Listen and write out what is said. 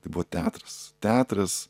tai buvo teatras teatras